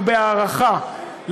ובהערכה,